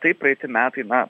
taip praeiti metai na